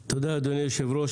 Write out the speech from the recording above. תודה, אדוני היושב-ראש.